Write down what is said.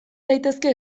daitezke